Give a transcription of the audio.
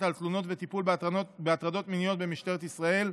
על תלונות וטיפול בהטרדות מיניות במשטרת ישראל,